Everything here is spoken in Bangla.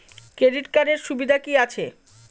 ক্রেডিট কার্ডের সুবিধা কি আছে?